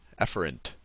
Efferent